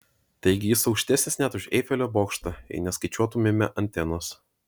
taigi jis aukštesnis net už eifelio bokštą jei neskaičiuotumėme antenos